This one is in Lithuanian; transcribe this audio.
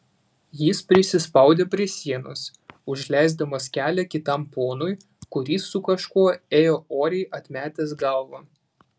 jis prisispaudė prie sienos užleisdamas kelią kitam ponui kuris su kažkuo ėjo oriai atmetęs galvą